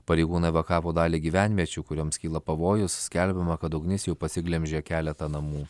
pareigūnai evakavo dalį gyvenviečių kurioms kyla pavojus skelbiama kad ugnis jau pasiglemžė keletą namų